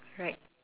right